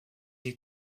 est